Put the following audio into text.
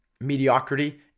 mediocrity